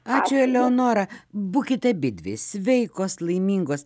ačiū eleonora būkite abidvi sveikos laimingos